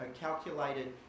calculated